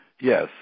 Yes